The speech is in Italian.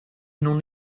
non